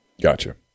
Gotcha